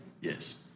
Yes